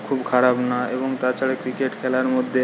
খুব খারাপ না এবং তাছাড়া ক্রিকেট খেলার মধ্যে